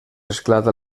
esclata